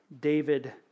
David